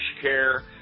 care